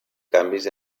canvis